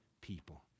people